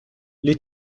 les